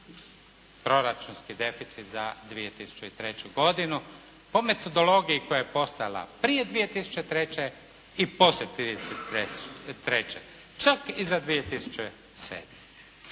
proračunski deficit za 2003. godinu, po metodologiji koja je postojala prije 2003. i poslije 2003., čak i za 2007.